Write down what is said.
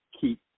keep